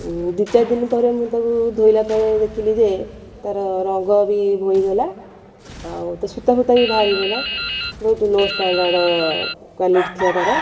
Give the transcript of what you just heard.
ଦୁଇ ଚାରିଦିନ ପରେ ମୁଁ ତାକୁ ଧୋଇଲା ପରେ ଦେଖିଲି ଯେ ତାର ରଙ୍ଗ ବି ବୋହିଗଲା ଆଉ ତା' ସୂତାଫୁତା ବି ବାହାରି ପଡ଼ିଲା ବହୁତ ଲୋ ଷ୍ଟାଣ୍ଡାର୍ଡ଼ କ୍ଵାଲିଟି ଥିଲା ତାର